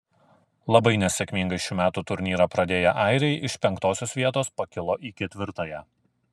labai nesėkmingai šių metų turnyrą pradėję airiai iš penktosios vietos pakilo į ketvirtąją